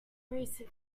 recent